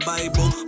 Bible